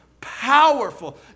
powerful